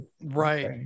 right